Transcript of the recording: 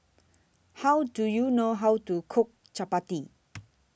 How Do YOU know How to Cook Chapati